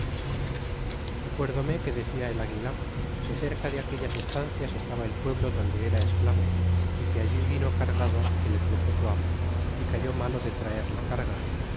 acuterdome ele decia el aguilar que cerca de aquellas estancias estaba el pueblo donde era esclavo y que allí vino cargado que le truxo su amo é cayó malo de traer la carga